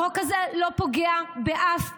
החוק הזה לא פוגע באף ארגון,